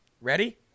Ready